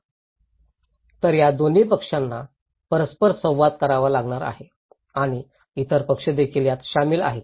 आता या दोन्ही पक्षांना परस्पर संवाद करावा लागणार आहे आणि इतर पक्षदेखील यात सामील आहेत